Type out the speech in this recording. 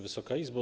Wysoka Izbo!